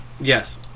Yes